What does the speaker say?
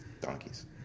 Donkeys